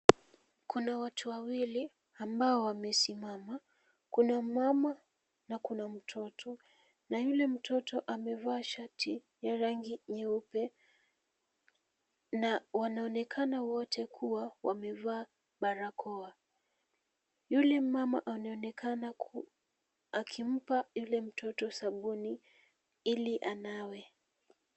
Kuna watu wawili ambao wamesimama, kuna mama na kuna mtoto, na yule mtoto amevaa shati ya rangi nyeupe, na wanaonekana wote kuwa wamevaa barakoa. Yule mama anaonekana akimpa yule mtoto sabuni ili anawe.